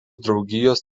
draugijos